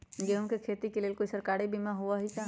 गेंहू के खेती के लेल कोइ सरकारी बीमा होईअ का?